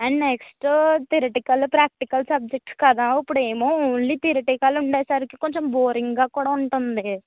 and next theoretical practical subjects కదా ఇప్పుడు ఏమో ఓన్లీ థిరిటికల్ ఉండేసరికి కొంచెం బోరింగ్గా కూడా ఉంటుంది